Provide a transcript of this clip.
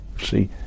See